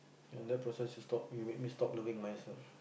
and that person she stop you make me stop loving myself